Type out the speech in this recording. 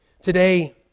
Today